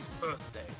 birthday